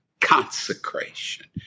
consecration